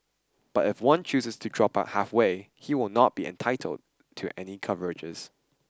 but if one chooses to drop out halfway he will not be entitled to any coverages